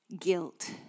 guilt